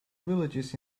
villages